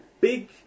Big